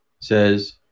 says